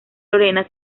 lorena